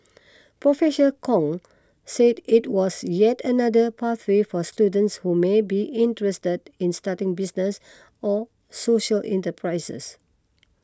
Professor Kong said it was yet another pathway for students who may be interested in starting businesses or social enterprises